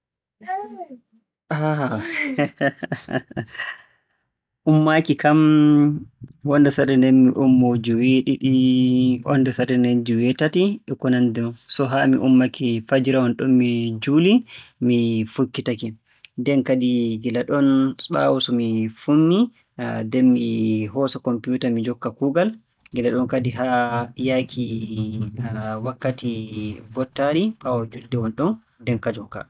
ah, ummaaki kam wonnde sarde nden, mi ummoo joweeɗiɗi wonnde sarde nden joweetati, e ko nanndi non. So haa mi ummake fajira wonɗon mi juulii, mi fukkitake. Nden kadi gila ɗon ɓaawo so mi fummii. Nden mi hoosa kompuuta mi jokka kuugal. Gila ɗon kadi haa yahki wakkati mbottari ɓaawo juulde wonɗon nden ka jokka.